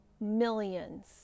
millions